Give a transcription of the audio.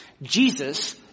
Jesus